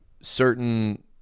certain